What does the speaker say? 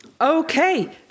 Okay